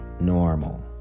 normal